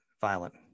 violent